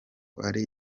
ari